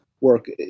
work